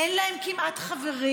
אין להם כמעט חברים,